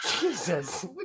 Jesus